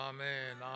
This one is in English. Amen